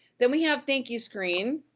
then, we have thank you screen.